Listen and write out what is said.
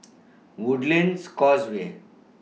Woodlands Causeway